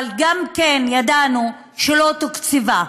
אבל גם ידענו שהיא לא תוקצבה.